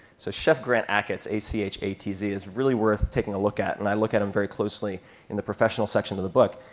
so chef grant achatz, a c h a t z, is really worth taking a look at. and i look at um very closely in the professional section of the book.